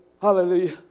Hallelujah